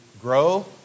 grow